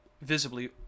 visibly